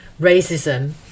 racism